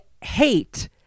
hate